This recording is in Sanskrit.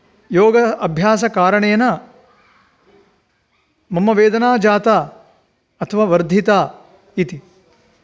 योग अभ्यासकारणेन मम वेदना जाता अथवा वर्धिता इति